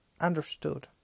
understood